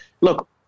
look